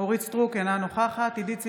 אורית מלכה סטרוק, אינה נוכחת עידית סילמן,